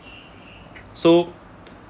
so